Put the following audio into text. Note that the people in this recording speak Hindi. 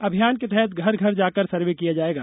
अभियान के तहत घर घर जाकर सर्वे किया जायेगा